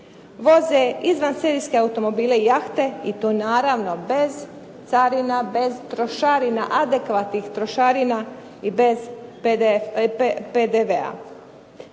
Voze izvanserijske automobile i jahte i to naravno bez carina, bez trošarina, adekvatnih trošarina i bez PDV-a.